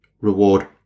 reward